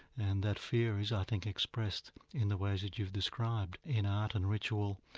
and that fear is, i think, expressed in the way that you've described, in art and ritual,